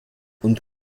und